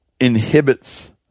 inhibits